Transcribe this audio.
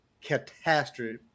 catastrophic